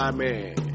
Amen